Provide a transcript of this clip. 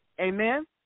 Amen